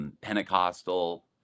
Pentecostal